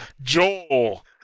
Joel